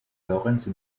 laurence